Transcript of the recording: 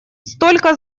cтолько